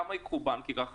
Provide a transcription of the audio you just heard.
כמה בנק ייקח - 5%?